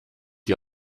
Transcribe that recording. die